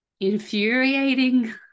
infuriating